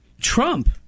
Trump